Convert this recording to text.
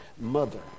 mother